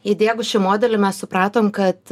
įdiegus šį modelį mes supratom kad